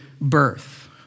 birth